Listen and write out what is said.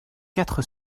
quatre